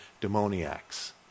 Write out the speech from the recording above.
demoniacs